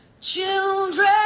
Children